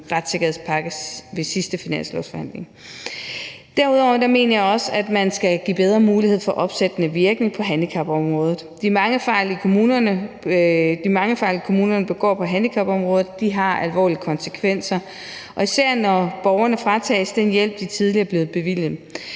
finanslovsforhandlingerne ved sidste finanslovsforhandling. Derudover mener jeg også, at man skal give bedre mulighed for opsættende virkning på handicapområdet. De mange fejl, kommunerne begår på handicapområdet, har alvorlige konsekvenser, især når borgerne fratages den hjælp, de tidligere er blevet bevilget.